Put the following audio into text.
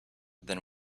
than